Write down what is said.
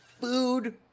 food